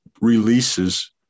releases